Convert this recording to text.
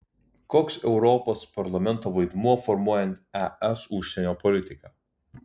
koks europos parlamento vaidmuo formuojant es užsienio politiką